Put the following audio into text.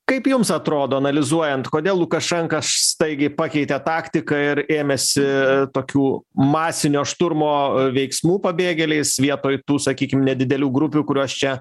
kaip jums atrodo analizuojant kodėl lukašenka staigiai pakeitė taktiką ir ėmėsi tokių masinio šturmo veiksmų pabėgėliais vietoj tų sakykim nedidelių grupių kurios čia